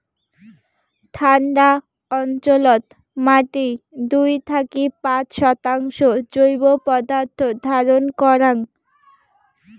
ঠান্ডা অঞ্চলত মাটি দুই থাকি পাঁচ শতাংশ জৈব পদার্থ ধারণ করাং